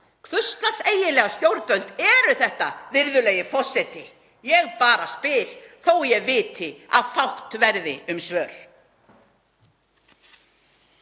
Hvers lags eiginlega stjórnvöld eru þetta, virðulegi forseti? Ég bara spyr, þó að ég viti að fátt verði um svör.